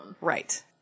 Right